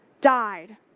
died